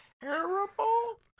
terrible